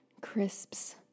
Crisps